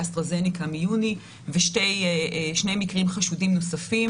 ושני מקרים חשודים נוספים.